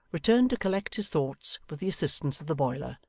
returned to collect his thoughts with the assistance of the boiler,